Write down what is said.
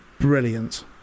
Brilliant